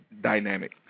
dynamic